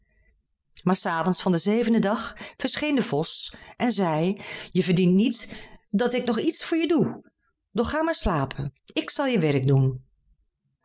maar s avonds van den zevenden dag verscheen de vos en zeide je verdient niet dat ik nog iets voor je doe doch ga maar slapen ik zal je werk doen